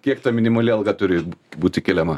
kiek ta minimali alga turi būti keliama